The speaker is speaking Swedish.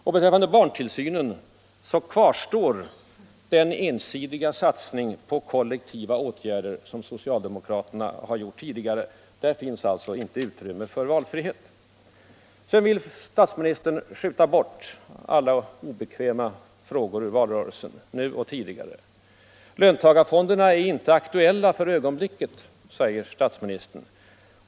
Vad barntillsynen angår kvarstår den ensidiga satsning på kollektiva åtgärder som socialdemokraterna har gjort tidigare. Där finns alltså inte utrymme för valfrihet. Sedan vill statsministern skjuta undan alla obekväma frågor ur valrörelsen, nu och tidigare. Löntagarfonderna är inte aktuella för ögonblicket, sade statsministern.